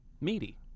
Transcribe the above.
Meaty